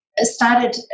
started